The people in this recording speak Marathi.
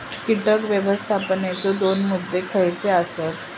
कीटक व्यवस्थापनाचे दोन मुद्दे खयचे आसत?